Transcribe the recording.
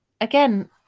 again